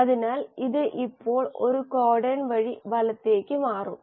അതിനാൽ ഇത് ഇപ്പോൾ ഒരു കോഡൺ വഴി വലത്തേക്ക് മാറും